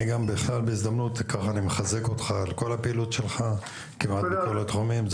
בהזדמנות זו אני מחזק אותך על כל הפעילות שלך כמעט בכל התחומים.